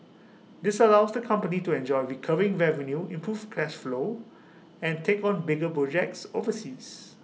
this allows the company to enjoy recurring revenue improve cash flow and take on bigger projects overseas